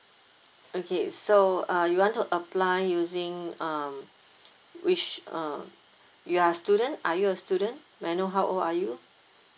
okay so uh you want to apply using uh which uh you are student are you a student may I know how old are you